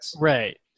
Right